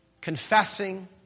confessing